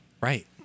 Right